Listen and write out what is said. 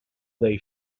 they